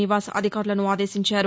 నివాస్ అధికారులను ఆదేశించారు